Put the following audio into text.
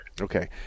okay